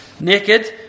Naked